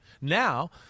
Now